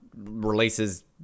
releases